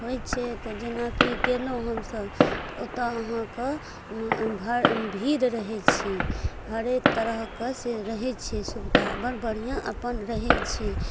होइ छै तऽ जेना कि गेलहुॅं हम सभ ओतौ अहाँके भीड़ रहै छै हरेक तरह के से रहै छै सुविधा बड़ बढ़िआँ अपन रहै छै